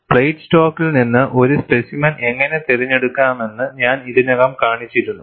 plate സ്റ്റോക്കിൽ നിന്ന് ഒരു സ്പെസിമെൻ എങ്ങനെ തിരഞ്ഞെടുക്കാമെന്ന് ഞാൻ ഇതിനകം കാണിച്ചിരുന്നു